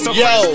yo